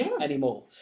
anymore